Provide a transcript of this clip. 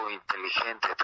inteligente